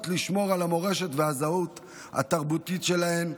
לשמור על המורשת והזהות התרבותית שלהן.